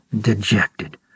dejected